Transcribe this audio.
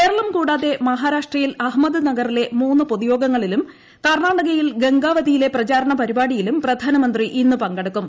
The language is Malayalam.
കേരളം കൂടാതെ മഹാരാഷ്ട്രിയിൽ അഹമ്മദ്നഗറിലെ മൂന്ന് പൊതുയോഗങ്ങളിലും ക്ർണാടകയിൽ ഗംഗാവതിയിലെ പ്രചാരണ പരിപാടിയിലും പ്രധാനമന്ത്രി ഇന്ന് പങ്കെടുക്കും